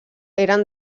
eren